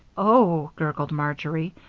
oh, gurgled marjory,